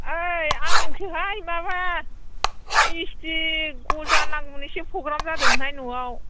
ओइ आंसोहाय माबा मिस्थि गजा नांगौमोन एसे प्रग्राम जादोंमोनहाय न'आव